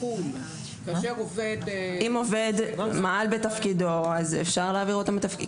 אם עובד מעל בתפקידו אז אפשר להעביר אותו מתפקיד.